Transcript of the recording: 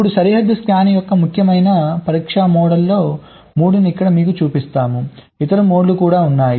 ఇప్పుడు సరిహద్దు స్కాన్ యొక్క ముఖ్యమైన పరీక్షా మోడ్లలో 3 ని ఇక్కడ మీకు చూపిస్తాము ఇతర మోడ్లు కూడా ఉన్నాయి